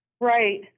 Right